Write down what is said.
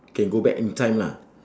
can go back any time lah